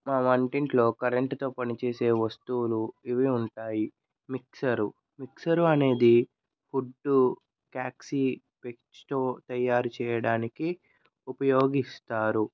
మా వంటింట్లో కరెంటుతో పని చేసే వస్తువులు ఇవి ఉంటాయి మిక్సరు మిక్సరు అనేది ఫుడ్ తయారుచేయడానికి ఉపయోగిస్తారు